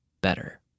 better